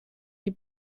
die